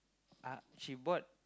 ah she bought